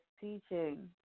teaching